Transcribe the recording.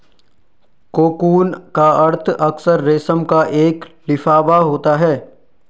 cocoon का अर्थ अक्सर रेशम का एक लिफाफा होता है